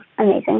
amazing